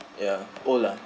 ya old ah